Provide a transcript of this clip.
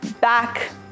back